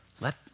let